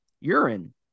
urine